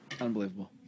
Unbelievable